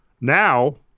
now